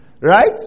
Right